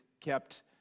kept